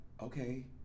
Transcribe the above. okay